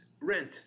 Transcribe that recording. rent